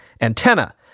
Antenna